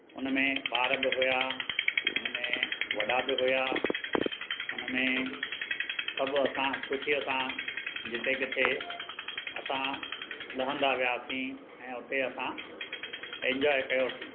हुन में ॿार बि हुआ हुन में वॾा बि हुआ हुन में सभु असां ख़ुशीअ सां जिते किथे असां लहंदा वियासीं ऐं उते असां इंजॉय कयोसीं